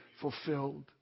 fulfilled